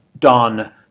done